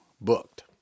booked